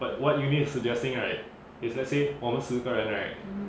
but what eunice suggesting right is let's say 我们十个人 right